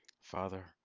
Father